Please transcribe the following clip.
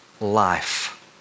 life